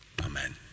amen